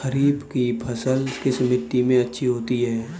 खरीफ की फसल किस मिट्टी में अच्छी होती है?